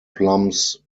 plums